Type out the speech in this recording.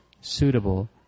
suitable